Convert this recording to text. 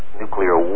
nuclear